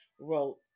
wrote